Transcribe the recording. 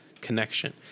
connection